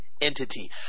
entity